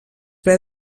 ple